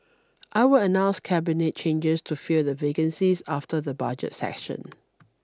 I will announce Cabinet changes to fill the vacancies after the Budget session